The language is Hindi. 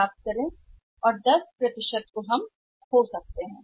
क्या ऐसी संभावना है कि हम 10 खो सकते हैं